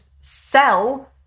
sell